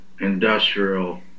industrial